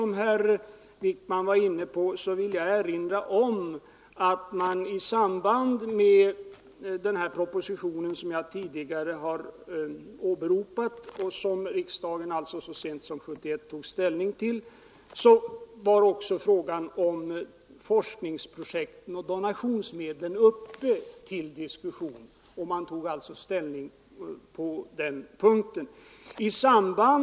Jag vill erinra om att i samband med den proposition som jag tidigare har åberopat och som riksdagen så sent som 1971 tog ställning till berördes också frågan om forskningsprojekten och donationsmedlen.